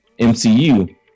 mcu